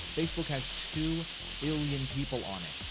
facebook has two billion people on it.